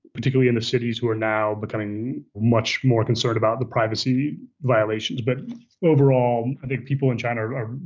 particularly in the cities, who are now becoming much more concerned about the privacy violations. but overall, i think people in china are